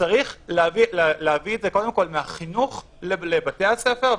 שצריך להביא את זה קודם כול מהחינוך לבתי הספר,